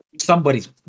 somebody's